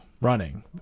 running